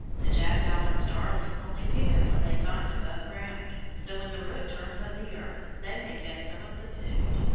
the jackdaw and starling only pick up what they find above ground, so when the rook turns up the earth, they may get some of the food.